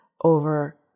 over